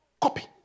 copy